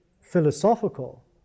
philosophical